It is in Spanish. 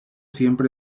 siempre